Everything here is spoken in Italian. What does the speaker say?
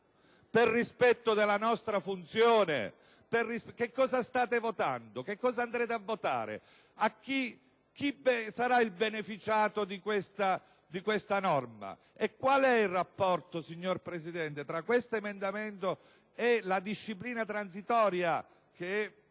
per rispetto della nostra funzione. Cosa state votando? Cosa andrete a votare? Chi sarà il beneficiario di questa norma? Qual è il rapporto, signor Presidente, tra l'emendamento 1.0.1002 e la disciplina transitoria che